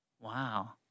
Wow